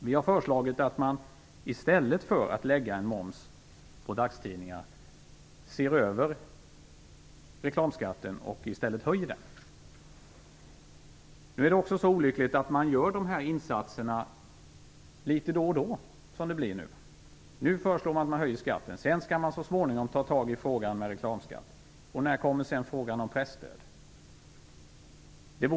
Vi har föreslagit att man, i stället för att lägga en moms på dagstidningarna, höjer reklamskatten. Det är också så olyckligt att man gör sådana här saker litet då och då. Nu föreslås att momsen skall höjas. Sedan kan man så småningom ta itu med reklamskatten. När kommer frågan om presstödet att aktualiseras?